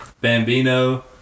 Bambino